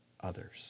others